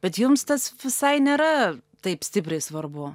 bet jums tas visai nėra taip stipriai svarbu